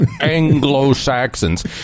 anglo-saxons